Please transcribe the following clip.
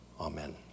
Amen